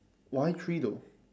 why three though